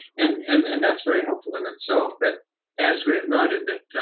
and um and that's very helpful in itself. but as we have noted that